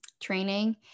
training